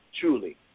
truly